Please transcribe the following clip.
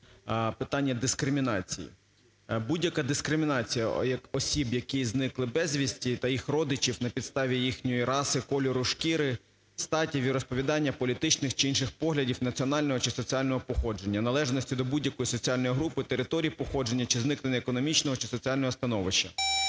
питання дискримінації. Будь-яка дискримінація осіб, які зникли безвісти, та їх родичів на підставі їхньої раси, кольору шкіри, статі, віросповідання, політичних чи інших поглядів, національного чи соціального походження, належності до будь-якої соціальної групи, території походження чи зникнення, економічного чи соціального становища.